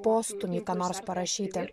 postūmį ką nors parašyti